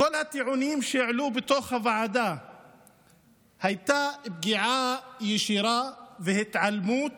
בכל הטיעונים שהעלו בתוך הוועדה הייתה פגיעה ישירה והתעלמות